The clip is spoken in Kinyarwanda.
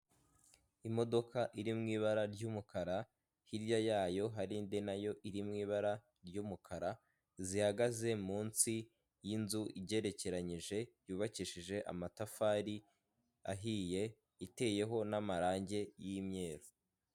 Imodoka iri mu ibara ry'umukara hirya yayo hari indi nayo iri mu ibara ry'umukara, zihagaze munsi y'inzu igerekeranyije yubakishije amatafari ahiye iteyeho n'amarange y'imyeru.